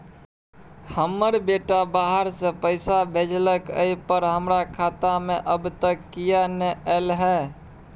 हमर बेटा बाहर से पैसा भेजलक एय पर हमरा खाता में अब तक किये नाय ऐल है?